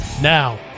now